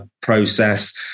process